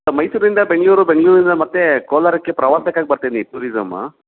sir ಮೈಸೂರಿಂದ ಬೆಂಗಳೂರು ಬೆಂಗಳೂರಿಂದ ಮತ್ತೆ ಕೋಲಾರಕ್ಕೆ ಪ್ರವಾಸಕ್ಕಾಗಿ ಬರ್ತೀನಿ ಟೂರಿಸಮ್ಮ